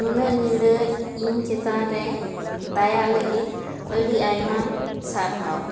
ᱱᱩᱱᱟᱹᱜ ᱧᱤᱫᱟᱹ ᱤᱧ ᱪᱮᱛᱟᱱ ᱨᱮ ᱫᱟᱭᱟᱜ ᱞᱟᱹᱜᱤᱫ ᱟᱹᱰᱤ ᱟᱭᱢᱟ ᱥᱟᱨᱦᱟᱣ